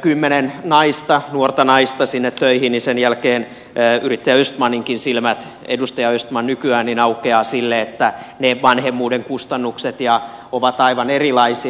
kymmenen naista nuorta naista sinne töihin niin sen jälkeen yrittäjä östmaninkin silmät edustaja östman nykyään aukeavat sille että ne vanhemmuuden kustannukset ovat aivan erilaisia